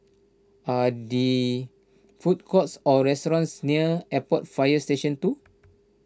are food courts or restaurants near Airport Fire Station two